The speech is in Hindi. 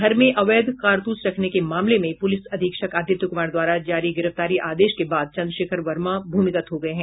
घर में अवैध कारतूस रखने के मामले में पुलिस अधीक्षक आदित्य कुमार द्वारा जारी गिरफ्तारी आदेश के बाद चन्द्रशेखर वर्मा भूमिगत हो गये हैं